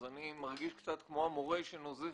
אז אני מרגיש קצת כמו המורה שנוזף